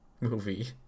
movie